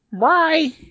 Bye